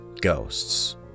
ghosts